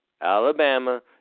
Alabama